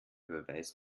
beweis